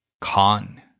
con